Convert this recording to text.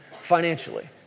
financially